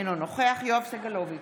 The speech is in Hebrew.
אינו נוכח יואב סגלוביץ'